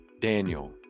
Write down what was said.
Daniel